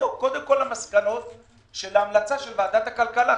תגיעו קודם כל למסקנות של המלצה של ועדת הכלכלה,